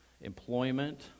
employment